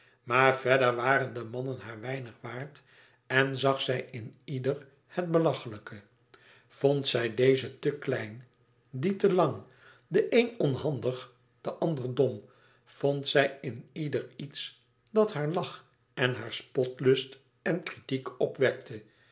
maar verder waren de mannen haar weinig waard en zag zij in ieder het belachelijke vond zij dezen te klein dien te lang den een onhandig den ander dom vond zij in ieder iets dat haar lach en haar spotlust en kritiek opwekte